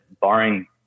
barring